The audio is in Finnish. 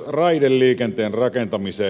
raideliikenteen rakentamiseen